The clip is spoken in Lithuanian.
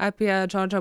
apie džordžą